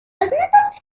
notas